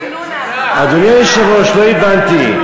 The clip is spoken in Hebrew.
אדוני היושב-ראש, לא הבנתי.